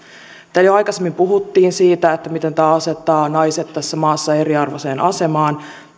täällä jo aikaisemmin puhuttiin siitä miten tämä asettaa naiset tässä maassa eriarvoiseen asemaan